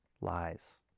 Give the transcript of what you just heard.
lies